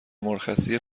مرخصی